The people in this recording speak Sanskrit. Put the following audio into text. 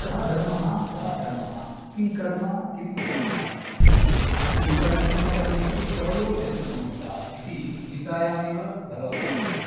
कः धर्मः कः अधर्मः किं कर्म किम् अकर्म किं कर्म किमकर्मेति कवयोप्यत्र मोहिताः इति गीतायामेव भगवता उक्तम्